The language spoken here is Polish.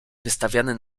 wystawiany